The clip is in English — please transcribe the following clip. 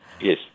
Yes